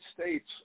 States